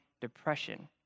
depression